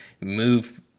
move